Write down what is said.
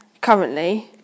currently